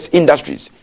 Industries